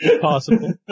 Possible